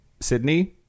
Sydney